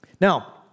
Now